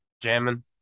jamming